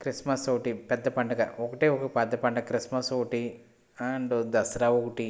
Christmas ఒకటి పెద్ద పండుగ ఒకటే ఒకటి పెద్ద పండుగ క్రిస్మస్ ఒకటి అండ్ దసరా ఒకటి